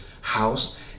house